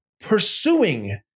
pursuing